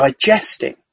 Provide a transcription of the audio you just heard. digesting